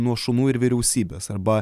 nuo šunų ir vyriausybės arba